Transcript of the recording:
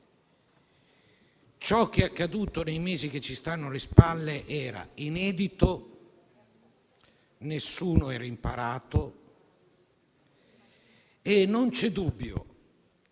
ciò che è accaduto nei mesi che ci stanno alle spalle era inedito, nessuno era «imparato», e non c'è dubbio